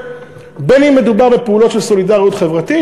בין שמדובר בפעולות של סולידריות חברתית